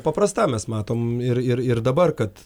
paprasta mes matom ir ir ir dabar kad